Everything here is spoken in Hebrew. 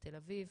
בתל-אביב.